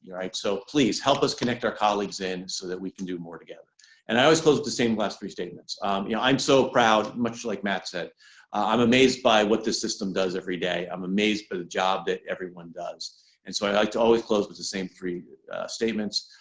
right so please help us connect our colleagues in so that we can do more together and i always close with the same last three statements you know i'm so proud much like matt said i'm amazed by what this system does every day, i'm amazed by the job that everyone does and so i like to always close with the same three statements.